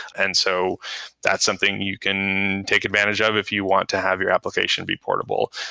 and so that's something you can take advantage of if you want to have your application be portable.